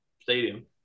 stadium